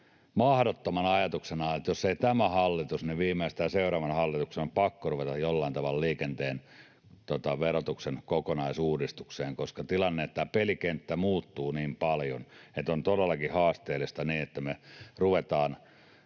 mahdottomana ajatuksena... Jos ei tämä hallitus rupea, niin viimeistään seuraavan hallituksen on pakko ruveta jollain tavalla liikenteen verotuksen kokonaisuudistukseen, koska on tilanne, että tämä pelikenttä muuttuu niin paljon, että on todellakin haasteellista, jos me ruvetaan